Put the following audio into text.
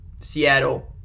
Seattle